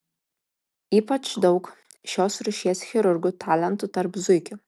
ypač daug šios rūšies chirurgų talentų tarp zuikių